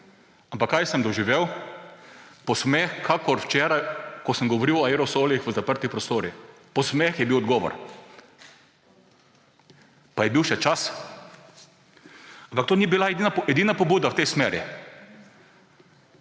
Ampak kaj sem doživel? Posmeh, kakor včeraj, ko sem govoril o aerosolih v zaprtih prostorih. Posmeh je bil odgovor. Pa je bil še čas. Ampak to ni bila edina pobuda v tej smeri.